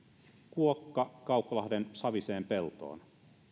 kuokka kauklahden saviseen peltoon